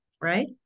right